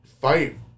fight